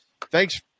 thanks